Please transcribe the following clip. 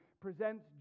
presents